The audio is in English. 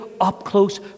up-close